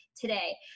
today